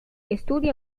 estudia